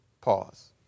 Pause